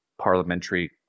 parliamentary